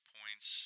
points